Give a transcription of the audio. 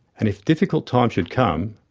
and if difficult times should come,